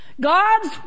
God's